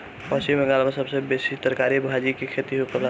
पश्चिम बंगाल में सबसे बेसी तरकारी भाजी के खेती होखेला